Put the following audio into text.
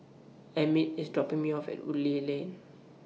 Emmitt IS dropping Me off At Woodleigh Lane